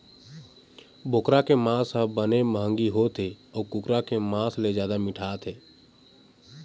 बोकरा के मांस ह बने मंहगी होथे अउ कुकरा के मांस ले जादा मिठाथे